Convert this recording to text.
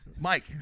Mike